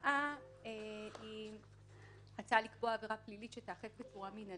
מוצע לקבוע עבירה פלילית שתיאכף כעבירה מינהלית.